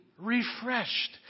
Refreshed